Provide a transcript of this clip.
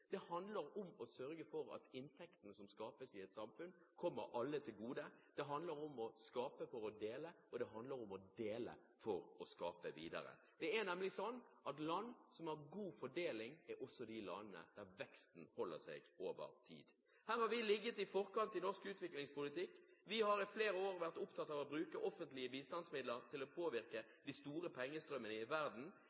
Det handler om å sørge for at inntektene som skapes i et samfunn, kommer alle til gode. Det handler om å skape for å dele, og det handler om å dele for å skape videre. Det er nemlig sånn at land som har god fordeling, også er de landene der veksten holder seg over tid. Her har vi ligget i forkant i norsk utviklingspolitikk. Vi har i flere år vært opptatt av å bruke offentlige bistandsmidler til å påvirke